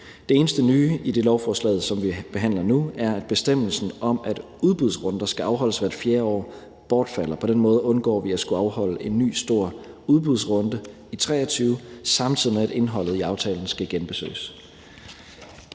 Det eneste nye i det lovforslag, som vi behandler nu, er, at bestemmelsen om, at udbudsrunder skal afholdes hvert fjerde år, bortfalder. På den måde undgår vi at skulle afholde en ny stor udbudsrunde i 2023, samtidig med at indholdet i aftalen skal genbesøges.